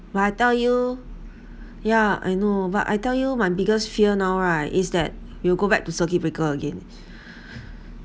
but I tell you ya I know but I tell you my biggest fear now right is that we will go back to the circuit breaker again